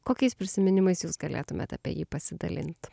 kokiais prisiminimais jūs galėtumėt apie jį pasidalint